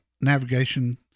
navigation